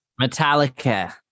Metallica